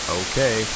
okay